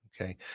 Okay